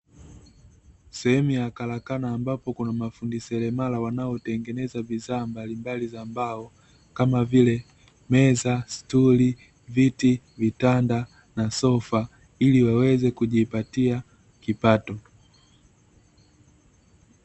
Sehemu ya karakana, ambapo kuna mafundi seremala wanaotengeneza bidhaa mbalimbali za mbao, kama vile: meza, stuli, viti, vitanda na sofa ili waweze kujipatia kipato.